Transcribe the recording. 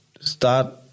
start